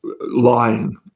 lying